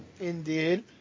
Indeed